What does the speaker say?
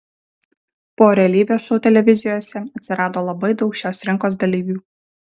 po realybės šou televizijose atsirado labai daug šios rinkos dalyvių